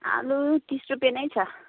आलु तिस रुपियाँ नै छ